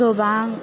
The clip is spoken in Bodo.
गोबां